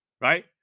right